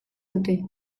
dute